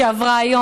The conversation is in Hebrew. שעברה היום,